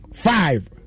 Five